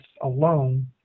alone